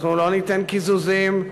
אנחנו לא ניתן קיזוזים,